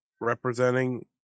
representing